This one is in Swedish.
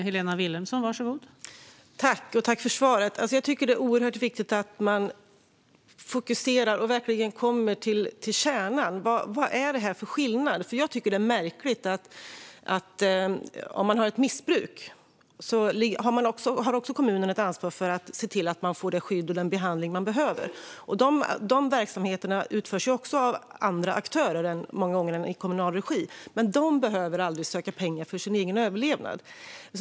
Fru talman! Tack för svaret! Jag tycker att det är oerhört viktigt att man fokuserar och verkligen kommer till kärnan: Vad är det för skillnad mellan olika verksamheter? Om man har ett missbruk har kommunen ett ansvar för att se till att man får det skydd eller den behandling man behöver. Dessa verksamheter utförs många gånger av andra aktörer än i kommunal regi, men de behöver märkligt nog aldrig söka pengar för sin egen överlevnad.